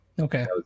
Okay